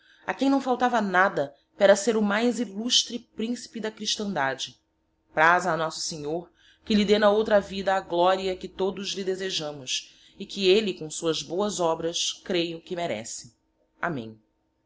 a quem naõ faltava nada pera ser o mais illustre principe da christandade praza a nosso senhor que lhe dê na outra vida a gloria que todos lhe desejamos e que elle com suas boas obras creio que merece amen